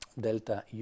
delta